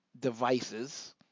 devices